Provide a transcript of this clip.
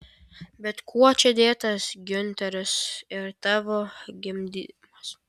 bet kuo čia dėtas giunteris ir tavo gimdymas